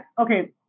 okay